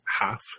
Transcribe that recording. half